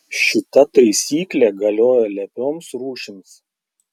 šita taisyklė galioja lepioms rūšims